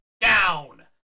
down